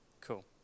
cool